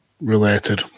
related